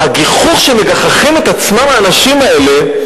והגיחוך שמגחיכים את עצמם האנשים האלה,